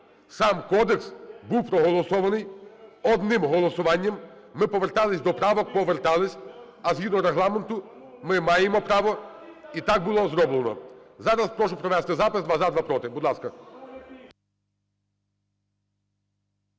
сам кодекс був проголосований одним голосуванням. Ми повертались до правок, повертались. А згідно Регламенту ми маємо право і так було зроблено. Зараз прошу провести запис: два – за, два – проти. Будь ласка.